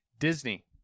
Disney